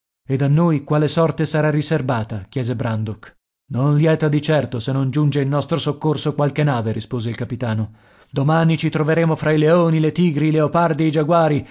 ed a noi quale sorte sarà riserbata chiese brandok non lieta di certo se non giunge in nostro soccorso qualche nave rispose il capitano domani ci troveremo fra i leoni le tigri i leopardi